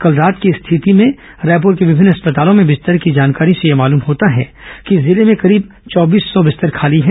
कल रात की स्थिति में रायपुर के विभिन्न अस्पतालों में बिस्तरों की जानकारी से यह मालूम होता है कि जिले में करीब चौबीस सौ बिस्तर खाली है